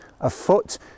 afoot